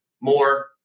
More